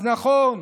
אז נכון,